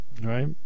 right